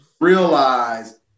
realize